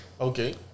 okay